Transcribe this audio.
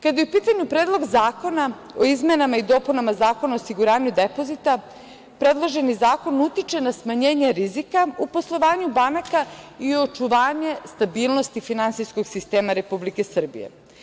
Kada je u pitanju Predlog zakona o izmenama i dopunama Zakona o osiguranju depozita predloženi zakon utiče na smanjenje rizika u poslovanju banaka i očuvanje stabilnosti finansijskog sistema Republike Srbije.